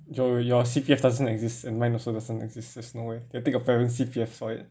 your your C_P_F doesn't exist and mine also doesn't exists there's no where can take your parents C_P_F for it